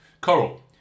Coral